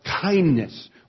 kindness